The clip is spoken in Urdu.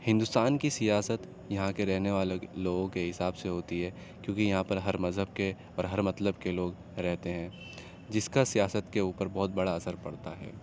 ہندوستان کی سیاست یہاں کے رہنے والوں کے لوگوں کے حساب سے ہوتی ہے کیوں کہ یہاں پر ہر مذہب کے اور ہر مطلب کے لوگ رہتے ہیں جس کا سیاست کے اوپر بہت بڑا اثر پڑتا ہے